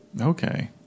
Okay